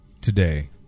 today